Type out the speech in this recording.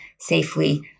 Safely